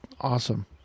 awesome